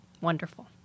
wonderful